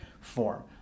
form